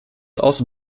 also